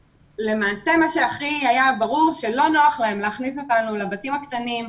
למעשה מה שהכי היה ברור זה שלא נוח להן להכניס אותנו לבתים הקטנים,